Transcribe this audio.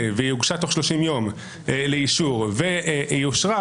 והיא הוגשה תוך 30 יום לאישור והיא אושרה